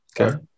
Okay